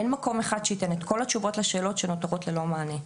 אין מקום אחד שייתן את כל התשובות לשאלות שנותרות ללא מענה.